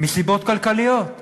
מסיבות כלכליות.